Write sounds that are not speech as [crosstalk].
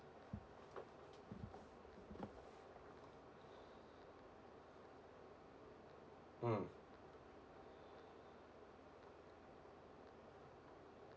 mm [breath]